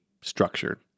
structured